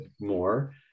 more